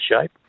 shape